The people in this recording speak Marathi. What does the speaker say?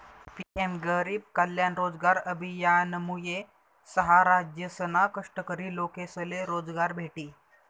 पी.एम गरीब कल्याण रोजगार अभियानमुये सहा राज्यसना कष्टकरी लोकेसले रोजगार भेटी